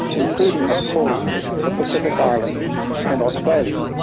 including of course the pacific islands and australia.